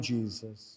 Jesus